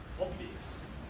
obvious